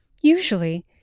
Usually